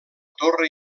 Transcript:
torre